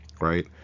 right